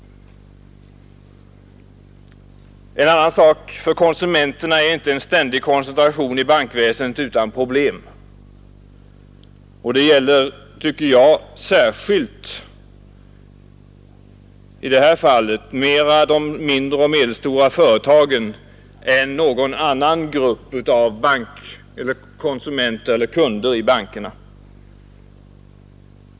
En annan sak är att för konsumenterna är inte en ständig koncentra tion i bankväsendet utan problem, och detta gäller enligt min mening mera för mindre och medelstora företag än någon annan grupp av bankkunder.